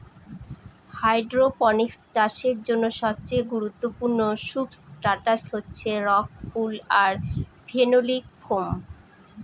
hydroponics চাষের জন্য সবচেয়ে গুরুত্বপূর্ণ সুবস্ট্রাটাস হচ্ছে রক উল আর ফেনোলিক ফোম